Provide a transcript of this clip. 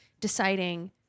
deciding